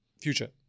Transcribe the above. future